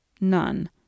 None